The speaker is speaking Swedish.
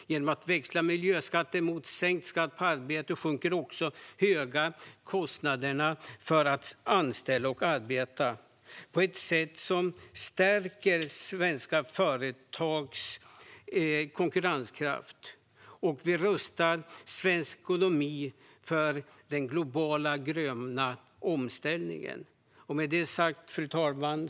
Genom att växla miljöskatter mot sänkt skatt på arbete sjunker också de höga kostnaderna för att anställa och arbeta. På så sätt stärks svenska företags konkurrenskraft samtidigt som vi rustar svensk ekonomi för den globala gröna omställningen. Fru talman!